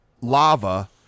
lava